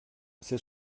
c’est